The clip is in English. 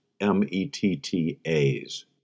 M-E-T-T-A's